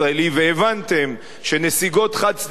והבנתם שנסיגות חד-צדדיות